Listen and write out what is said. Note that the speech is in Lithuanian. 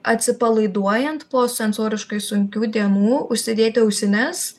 atsipalaiduojant po sensoriškai sunkių dienų užsidėti ausines